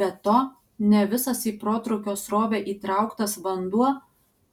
be to ne visas į protrūkio srovę įtrauktas vanduo